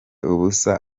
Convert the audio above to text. ubusa